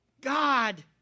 God